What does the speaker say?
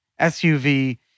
SUV